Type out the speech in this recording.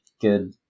good